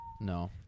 No